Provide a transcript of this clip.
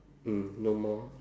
mm no more